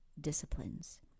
disciplines